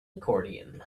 accordion